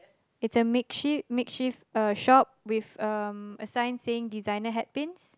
it's a makeshift makeshift uh shop with um a sign saying designer hat pins